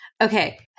Okay